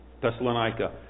Thessalonica